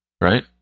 right